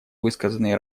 высказанные